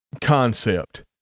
concept